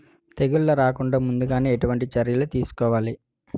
తెగుళ్ల రాకుండ ముందుగానే ఎటువంటి చర్యలు తీసుకోవాలి?